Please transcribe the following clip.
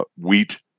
wheat